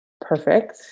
perfect